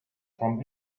from